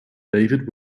david